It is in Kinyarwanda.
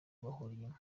bahuriyemo